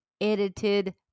edited